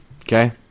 Okay